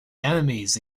enemies